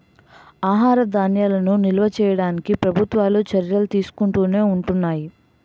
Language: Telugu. ఆహార ధాన్యాలను నిల్వ చేయడానికి ప్రభుత్వాలు చర్యలు తీసుకుంటునే ఉంటున్నాయి